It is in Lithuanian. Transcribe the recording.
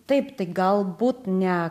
taip tai galbūt ne